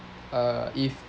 uh if